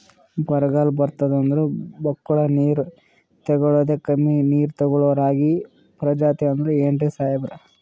ಬರ್ಗಾಲ್ ಬಂತಂದ್ರ ಬಕ್ಕುಳ ನೀರ್ ತೆಗಳೋದೆ, ಕಮ್ಮಿ ನೀರ್ ತೆಗಳೋ ರಾಗಿ ಪ್ರಜಾತಿ ಆದ್ ಏನ್ರಿ ಸಾಹೇಬ್ರ?